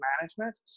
management